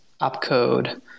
opcode